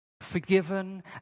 forgiven